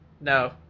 No